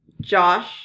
Josh